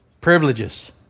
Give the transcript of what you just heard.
privileges